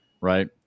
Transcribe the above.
right